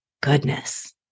goodness